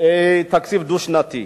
תקציב דו-שנתי.